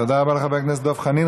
תודה רבה לחבר הכנסת דב חנין.